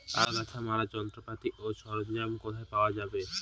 আগাছা মারার যন্ত্রপাতি ও সরঞ্জাম কোথায় পাওয়া যাবে?